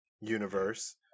universe